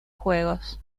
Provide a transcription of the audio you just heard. juegos